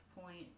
point